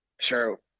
sure